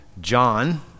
John